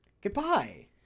Goodbye